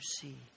see